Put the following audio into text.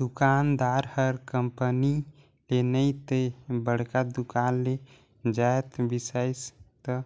दुकानदार ह कंपनी ले नइ ते बड़का दुकान ले जाएत बिसइस त